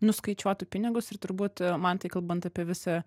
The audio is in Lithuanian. nuskaičiuotų pinigus ir turbūt man tai kalbant apie visą